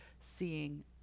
seeing